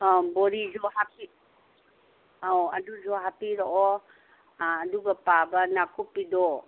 ꯑꯥ ꯕꯣꯔꯤꯖꯨ ꯑꯧ ꯑꯗꯨꯖꯨ ꯍꯥꯄꯤꯔꯛꯑꯣ ꯑꯗꯨꯒ ꯄꯥꯕ ꯅꯥꯀꯨꯞꯄꯤꯗꯣ